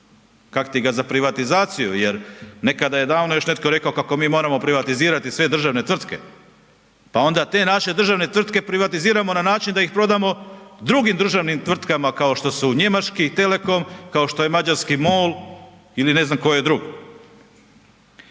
Kak ti ga za privatizaciju jer nekada je davno još netko rekao kako mi moramo privatizirati sve državne tvrtke. Pa onda te naše državne tvrtke privatiziramo na način da ih prodamo drugim državnim tvrtkama kao što su njemačkih telekom, kao što je mađarski MOL ili ne znam koje drugo.